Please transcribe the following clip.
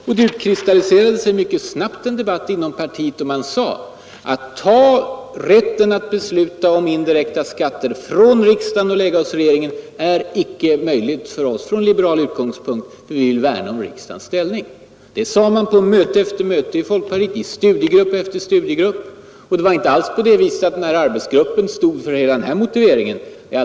Det utkristalliserade sig mycket snabbt en klar opinion inom partiet, där det sades: Det är inte möjligt för oss, från liberal utgångspunkt, att ta rätten att besluta om indirekta skatter från riksdagen och lägga den hos regeringen. Vi vill värna om riksdagens ställning. Det sades på möte efter möte i folkpartiet, i studiegrupp efter studiegrupp, och arbetsgruppen stod inte alls för hela den där motiveringen.